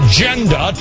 Agenda